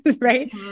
Right